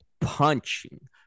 punching